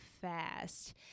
fast